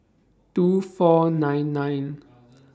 two four nine nine